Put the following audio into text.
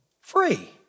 free